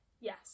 yes